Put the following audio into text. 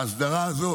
ההסדרה הזו